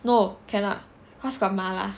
no cannot cause got 麻辣